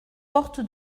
porte